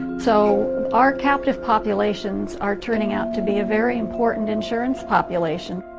so our captive populations are turning out to be a very important insurance population.